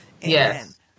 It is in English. Yes